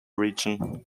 region